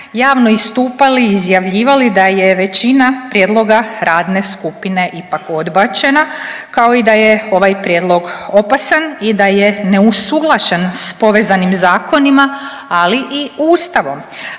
javno istupali, izjavljivali da je većina prijedloga radne skupine ipak odbačena kao i da je ovaj prijedlog opasan i da je neusuglašen sa povezanim zakonima ali i Ustavom,